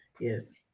yes